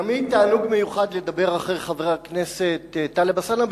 תמיד תענוג מיוחד לדבר אחרי חבר הכנסת טלב אלסאנע,